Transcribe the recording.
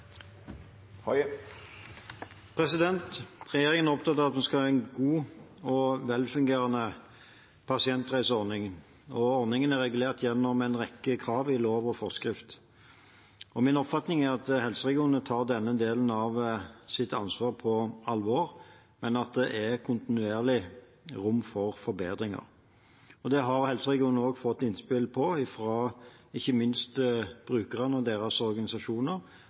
Regjeringen er opptatt av at vi skal ha en god og velfungerende pasientreiseordning. Ordningen er regulert gjennom en rekke krav i lov og forskrift. Min oppfatning er at helseregionene tar denne delen av sitt ansvar på alvor, men at det er kontinuerlig rom for forbedringer. Det har helseregionene også fått innspill om, ikke minst fra brukerne og deres organisasjoner,